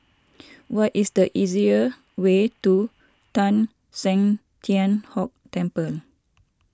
what is the easier way to Teng San Tian Hock Temple